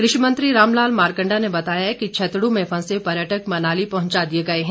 कृषि मंत्री रामलाल मारकंडा ने बताया कि छतडू में फंसे पर्यटक मनाली पहुंचा दिए गए हैं